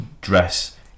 dress